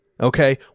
Okay